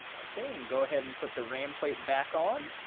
okay and go ahead and put the ram plate back on.